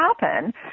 happen